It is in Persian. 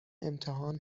امتحان